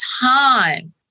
time